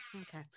okay